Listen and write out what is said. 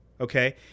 okay